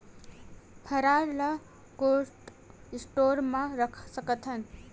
हरा ल cold store म रख सकथन?